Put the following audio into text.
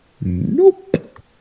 nope